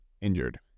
injured